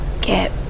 get